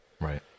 Right